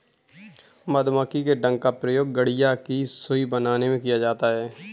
मधुमक्खी के डंक का प्रयोग गठिया की सुई बनाने में किया जाता है